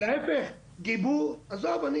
עזוב,